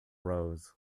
rose